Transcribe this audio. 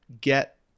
get